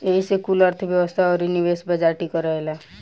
एही से कुल अर्थ्व्यवस्था अउरी निवेश बाजार टिकल रहेला